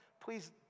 please